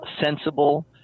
sensible